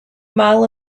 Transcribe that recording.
mile